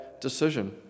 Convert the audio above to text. decision